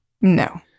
no